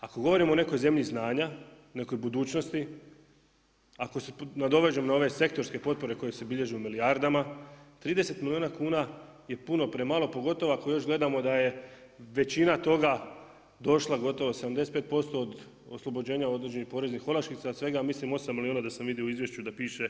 Ako govorimo o nekoj zemlji znanja, nekoj budućnosti, ako se nadovežem na ove sektorske potpore koje se bilježe u milijardama, 30 milijuna kuna, je puno premalo, pogotovo ako još gledamo da je većina toga došla, gotovo 75% od oslobođenja određenih poreznih olakšica, svega mislim 8 milijuna da sam vidio u izvješću da se piše